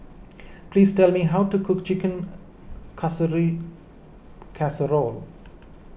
please tell me how to cook Chicken Casserole